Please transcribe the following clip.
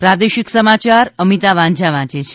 પ્રાદેશિક સમાયાર અમિતા વાંઝા વાંચે છે